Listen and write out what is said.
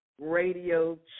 radio